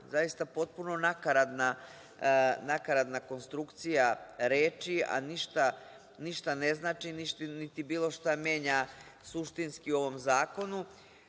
Zaista potpuno nakaradna konstrukcija reči, a ništa ne znači, niti bilo šta menja suštinski u ovom zakonu. Ovaj